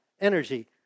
energy